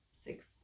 six